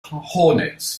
hornets